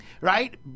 right